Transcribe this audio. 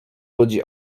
ludzi